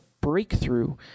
breakthrough